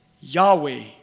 Yahweh